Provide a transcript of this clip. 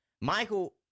Michael